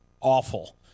awful